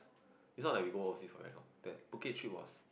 this one like we go overseas forever that Phuket trip was